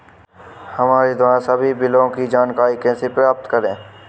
हमारे द्वारा सभी बिलों की जानकारी कैसे प्राप्त करें?